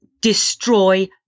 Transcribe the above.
destroy